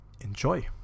Enjoy